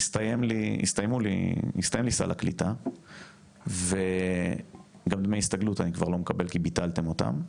יסתיים לי סל הקליטה וגם דמי הסתגלות אני כבר לא מקבל כי ביטלתם אותם.